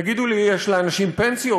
תגידו לי: יש לאנשים פנסיות.